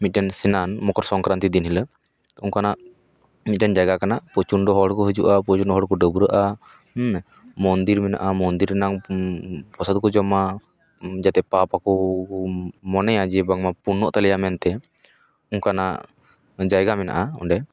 ᱢᱤᱫᱴᱮᱱ ᱥᱮᱱᱟᱱ ᱢᱚᱠᱚᱨ ᱥᱚᱝᱠᱨᱟᱱᱛᱤ ᱫᱤᱱ ᱦᱤᱞᱳᱜ ᱚᱱᱠᱟᱱᱟᱜ ᱢᱤᱫᱴᱮᱱ ᱡᱟᱭᱜᱟ ᱠᱟᱱᱟ ᱯᱚᱨᱪᱚᱱᱰᱚ ᱦᱚᱲ ᱠᱚ ᱦᱤᱡᱩᱜᱼᱟ ᱯᱚᱨᱪᱚᱱᱰᱚ ᱦᱚᱲ ᱠᱚ ᱰᱟᱹᱵᱨᱟᱹᱜᱼᱟ ᱢᱚᱱᱫᱤᱨ ᱢᱮᱱᱟᱜᱼᱟ ᱢᱚᱱᱫᱤᱨ ᱨᱮᱱᱟᱝ ᱯᱚᱨᱥᱟᱫ ᱠᱚ ᱡᱚᱢᱟ ᱡᱟᱛᱮ ᱯᱟᱯ ᱟᱠᱚ ᱢᱚᱱᱮᱭᱟ ᱵᱟᱝᱢᱟ ᱯᱩᱨᱱᱚᱜ ᱛᱟᱞᱮᱭᱟ ᱢᱮᱱᱛᱮ ᱚᱱᱠᱟᱱᱟᱜ ᱡᱟᱭᱜᱟ ᱢᱮᱱᱟᱜᱼᱟ ᱚᱸᱰᱮ